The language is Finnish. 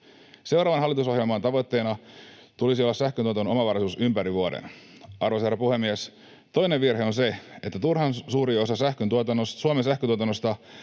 Seuraavan hallitusohjelman tavoitteena tulisi olla sähköntuotannon omavaraisuus ympäri vuoden. Arvoisa herra puhemies! Toinen virhe on se, että turhan suuri osa Suomen sähköntuotannosta